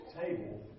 table